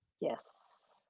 Yes